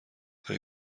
های